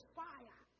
fire